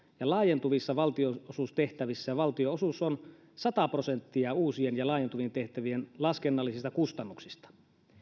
ja laajentuvissa valtionosuustehtävissä valtionosuus on sata prosenttia uusien ja laajentuvien tehtävien laskennallisista kustannuksista